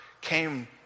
came